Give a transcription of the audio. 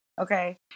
Okay